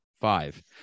five